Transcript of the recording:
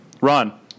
ron